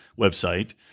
website